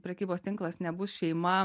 prekybos tinklas nebus šeima